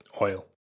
Oil